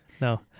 no